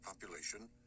population